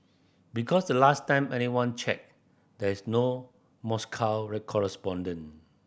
because the last time anyone checked there is no Moscow correspondent